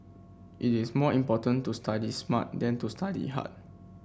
it is more important to study smart than to study hard